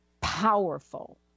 powerful